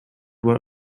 were